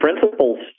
principles